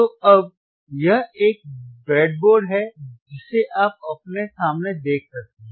तो अब यह एक ब्रेडबोर्ड है जिसे आप अपने सामने देख सकते हैं